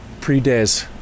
pre-days